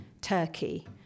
Turkey